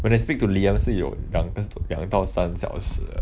when I speak to liam 是有两个两到三小时